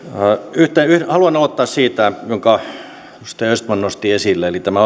haluan aloittaa siitä minkä edustaja östman nosti esille sanoitte että tämä